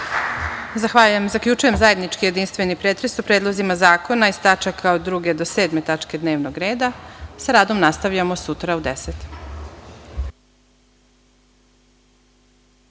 Zahvaljujem. Zaključujem zajednički jedinstveni pretres o predlozima zakona iz tačaka od 2. do 7. tačke dnevnog reda. Sa radom nastavljamo sutra u 10.00